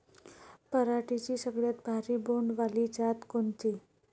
पराटीची सगळ्यात भारी बोंड वाली जात कोनची?